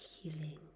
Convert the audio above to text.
healing